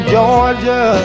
Georgia